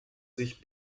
sich